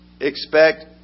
expect